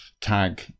tag